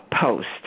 post